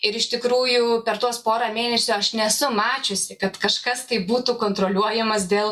ir iš tikrųjų per tuos pora mėnesių aš nesu mačiusi kad kažkas tai būtų kontroliuojamas dėl